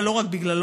אבל לא רק בגללו.